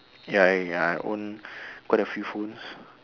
ya ya I own quite a few phones